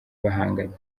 bahanganye